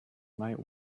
might